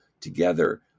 together